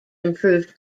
improved